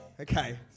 Okay